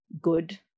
good